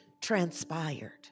transpired